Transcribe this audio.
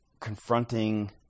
confronting